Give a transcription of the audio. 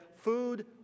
food